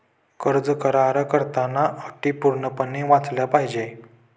कर्ज करार करताना अटी पूर्णपणे वाचल्या पाहिजे